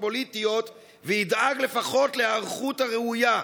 פוליטיות וידאג לפחות להיערכות הראויה.